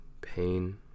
pain